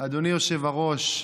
אדוני היושב-ראש,